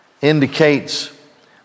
indicates